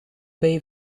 bij